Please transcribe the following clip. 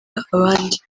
abandi